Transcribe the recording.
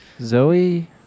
Zoe